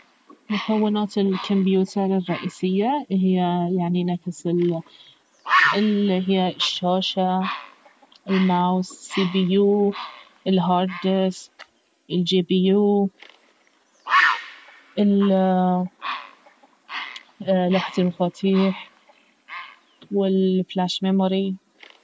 مكونات الكمبيوتر الرئيسية اهي يعني نفس الاهيا الشاشة الماوس السي بي يو الهارد دسك الجي بي يو ال لوحة المفاتيح والفلاش ميموري